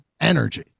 energy